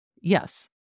Yes